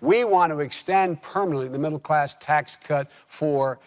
we want to extend permanently the middle-class tax cut for